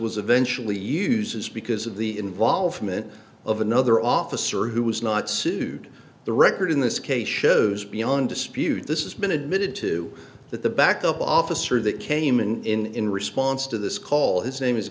was eventually use is because of the involvement of another officer who was not sued the record in this case shows beyond dispute this is been admitted to that the backup officer that came in in response to this call his name is